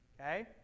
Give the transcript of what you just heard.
Okay